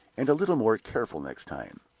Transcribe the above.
and a little more careful next time.